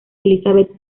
elizabeth